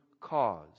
cause